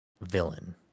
villain